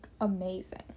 amazing